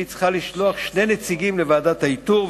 והיא צריכה לשלוח שני נציגים לוועדת האיתור,